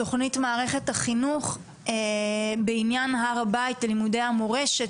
מערכת החינוך בעניין הר הבית ולימודי המורשת?